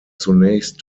zunächst